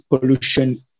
pollution